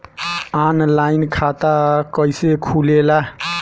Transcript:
Online खाता कइसे खुलेला?